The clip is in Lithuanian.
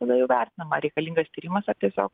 tada jau vertinama ar reikalingas tyrimas ar tiesiog